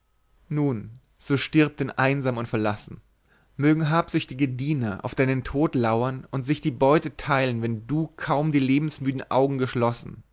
nun so stirb denn einsam und verlassen mögen habsüchtige diener auf deinen tod lauern und sich in die beute teilen wenn du kaum die lebensmüden augen geschlossen